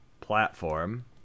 platform